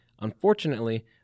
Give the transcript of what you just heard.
Unfortunately